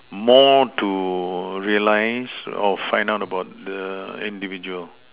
more to realize or find out about the individual